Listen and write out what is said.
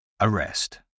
Arrest